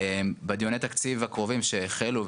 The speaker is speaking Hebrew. בדיוני התקציב הקרובים שהחלו,